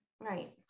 right